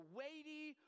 weighty